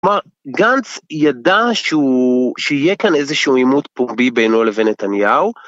כלומר, גנץ ידע שיהיה כאן איזושהי עימות פומבי בינו לבן נתניהו.